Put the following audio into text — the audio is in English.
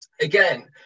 again